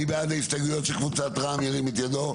מי בעד ההסתייגויות של קבוצת רע"מ ירים את ידו?